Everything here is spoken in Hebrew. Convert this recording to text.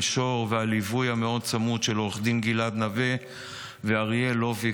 שור ובליווי המאוד-צמוד של עו"ד גלעד נווה ואריאל לוביק.